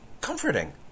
comforting